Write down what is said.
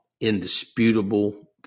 indisputable